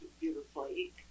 beautifully